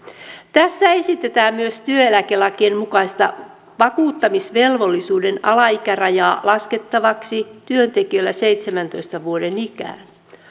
tässä esitetään myös työeläkelakien mukaista vakuuttamisvelvollisuuden alaikärajaa laskettavaksi työntekijöillä seitsemäntoista vuoden ikään